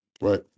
right